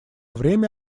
время